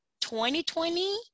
2020